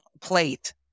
plate